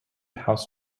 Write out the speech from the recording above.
house